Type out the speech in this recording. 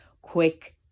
quick